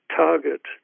target